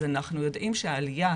אז אנחנו יודעים שהעלייה,